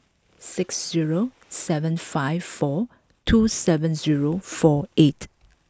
six zero seven five four two seven zero four eight